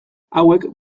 hauek